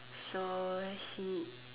so he